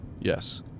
Yes